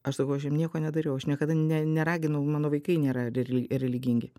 aš sakau aš jam nieko nedariau aš niekada ne neraginau mano vaikai nėra reli religingi